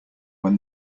when